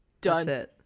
done